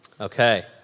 Okay